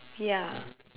ya